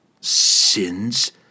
Sins